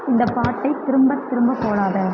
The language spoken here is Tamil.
இந்த பாட்டை திரும்பத் திரும்ப போடாதே